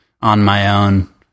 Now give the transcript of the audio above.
on-my-own